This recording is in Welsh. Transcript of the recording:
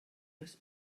oes